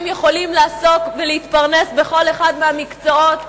יכולים לעסוק ולהתפרנס בכל אחד מהמקצועות,